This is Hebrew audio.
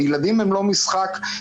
הילדים הם לא משחק.